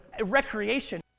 recreation